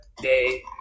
day